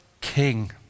king